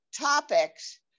topics